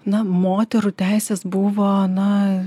na moterų teisės buvo na